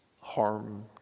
harm